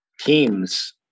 teams